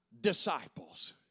disciples